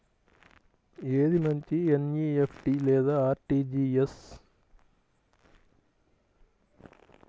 ఏది మంచి ఎన్.ఈ.ఎఫ్.టీ లేదా అర్.టీ.జీ.ఎస్?